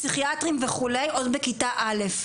פסיכיאטרים וכו' עוד בכיתה א',